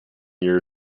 year